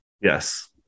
Yes